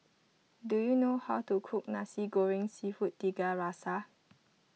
do you know how to cook Nasi Goreng Seafood Tiga Rasa